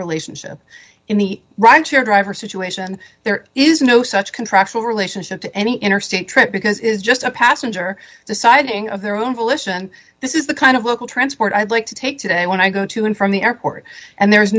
relationship in the ranks your driver situation there is no such contractual relationship to any interstate trip because it is just a passenger deciding of their own volition this is the kind of local transport i'd like to take to when i go to and from the airport and there